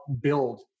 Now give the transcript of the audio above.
build